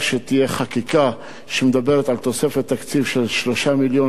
שתהיה חקיקה שמדברת על תוספת תקציב של 3 מיליון